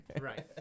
right